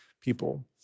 people